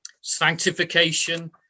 Sanctification